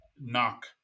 knock